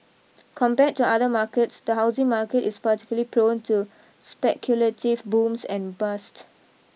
compared to other markets the housing market is particularly prone to speculative booms and bust